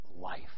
life